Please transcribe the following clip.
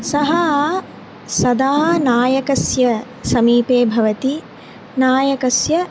सः सदा नायकस्य समीपे भवति नायकस्य